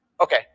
Okay